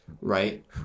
right